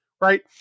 right